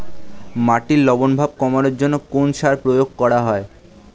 মাটির লবণ ভাব কমানোর জন্য কোন সার প্রয়োগ করা হয়?